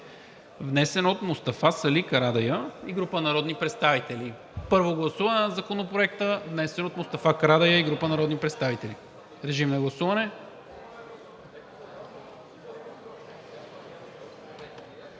внесен от Мустафа Сали Карадайъ и група народни представители – първо гласуване на Законопроекта, внесен от Мустафа Карадайъ и група народни представители. Гласували